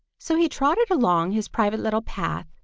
so he trotted along his private little path,